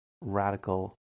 radical